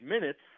minutes